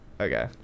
Okay